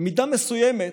במידה מסוימת,